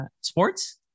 sports